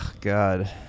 God